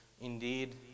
Indeed